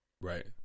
Right